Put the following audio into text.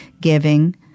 giving